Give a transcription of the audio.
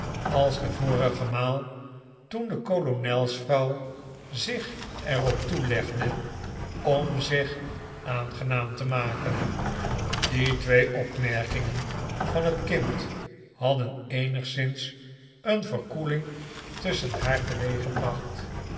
als de vorige maal toen de kolonelsvrouw zich er op toelegde om zich aangenaam te maken die twee opmerkingen van het kind hadden eenigszins een verkoeling tusschen haar teweeggebracht